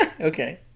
okay